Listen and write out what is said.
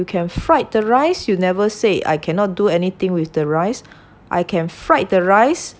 you can fried the rice you never say I cannot do anything with the rice I can fried the rice